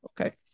okay